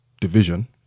Division